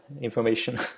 information